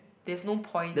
there's no point